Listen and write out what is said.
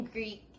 Greek